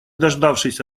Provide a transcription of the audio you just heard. дождавшись